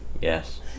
Yes